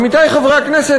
עמיתי חברי הכנסת,